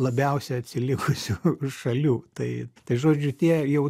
labiausiai atsilikusių šalių tai tai žodžiu tie jau